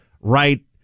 right